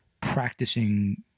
practicing